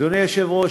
אדוני היושב-ראש,